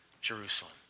Jerusalem